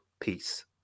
Peace